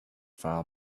file